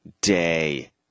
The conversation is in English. day